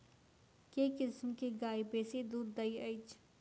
केँ किसिम केँ गाय बेसी दुध दइ अछि?